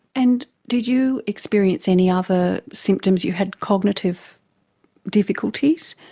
and did you experience any other symptoms? you had cognitive difficulties,